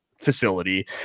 facility